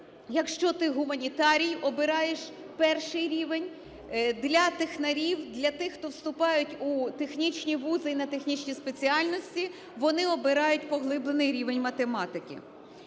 якщо ти гуманітарій – обираєш перший рівень; для технарів, для тих, хто вступають у технічні вузи і на технічні спеціальності, вони обирають поглиблений рівень математики.